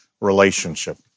relationship